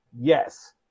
Yes